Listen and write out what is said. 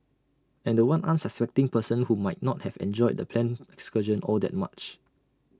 and The One unsuspecting person who might not have enjoyed the planned excursion all that much